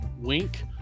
wink